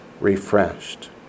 refreshed